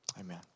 amen